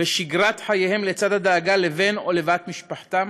בשגרת חייהם לצד הדאגה לבן או בת משפחתם?